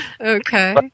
Okay